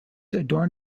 adorn